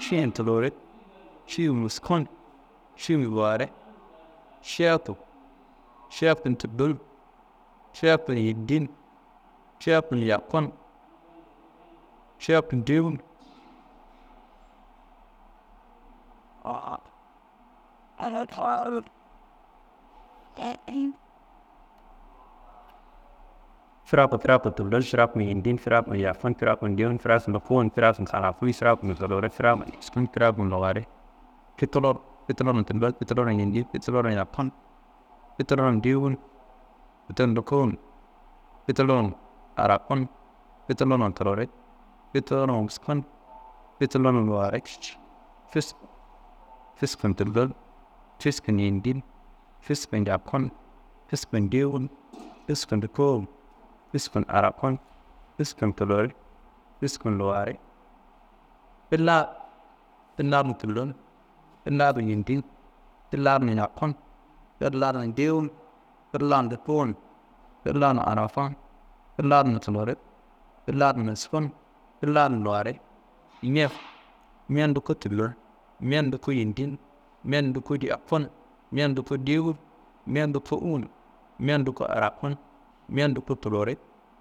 Fiyuwu n tullori, fiyuwu n wusku n, fiyuwu n luwari, fiyaku, fiyaku n tullo n, fiyaku n yindi n, fiyaku n yakku n, fiyaku n dewu n, «hesitation » firaku, firaku n tullo n, firaku n yindi n, firakun yindi n, firaku n dewu n, firaku n loko uwu- n, firaku n araku n, firaku n tuluri, firaku n wusku n, firaku n luwari, fitulur, fituluri n tullon, fituluri n yindi n, fituluri n yakku n, fituluri n dewu n, fituluri n loko uwu- n, fituluri n araku n, fituluri n tuluri n, fituluri n wusku n, fituluri n, fisku, fisku n tullo n, fisku n yindi n, fisku n yaku n, fisku n dewu n, fisku n loko uwu- n, fisku n araku n, fisku n tuluri, fisku n luwari, fillar, fillari n tullo n, fillari n yindi n, fillari n yaku n, fillari n dewu n, fillari n loko uwu- n, fillari n araku n, fillari n tuluri, fillari n wusku n, fillari n luwari, mea, mea- n luko tullo n, mea luko yindi n, mea- n luko yaku n, mea- n luko diyowu n, mea- n luko uwu- n, mea- n luko araku n, mea- n luko tuluri n,